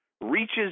reaches